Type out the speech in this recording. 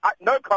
No